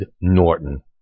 Norton